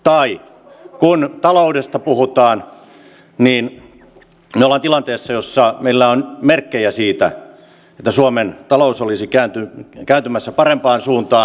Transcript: tai kun taloudesta puhutaan niin me olemme tilanteessa jossa meillä on merkkejä siitä että suomen talous olisi kääntymässä parempaan suuntaan